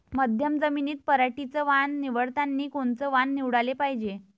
मध्यम जमीनीत पराटीचं वान निवडतानी कोनचं वान निवडाले पायजे?